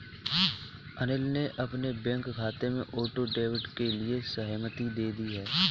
अनिल ने अपने बैंक खाते में ऑटो डेबिट के लिए सहमति दे दी